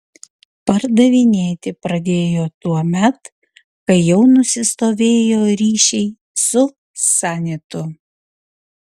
pardavinėti pradėjo tuomet kai jau nusistovėjo ryšiai su sanitu